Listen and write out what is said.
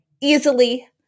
easily